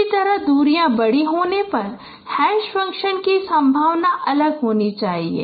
इसी तरह दूरियां बड़ी होने पर हैश फंक्शन की संभावना अलग होनी चाहिए